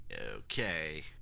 Okay